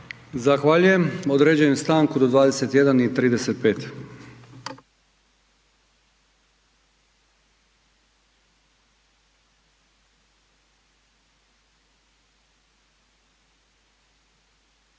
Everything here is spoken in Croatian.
Zahvaljujem. Određujem stanku do 21 i 35.